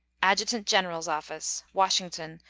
adjutant-general's office, washington,